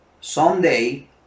Someday